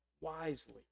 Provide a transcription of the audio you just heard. Wisely